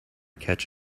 catch